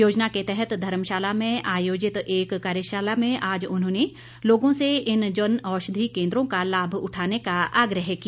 योजना के तहत धर्मशाला में आयोजित एक कार्यशाला में आज उन्होंने लोगों से इन जनऔषधि केन्द्रों का लाभ उठाने का आग्रह किया